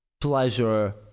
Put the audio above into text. pleasure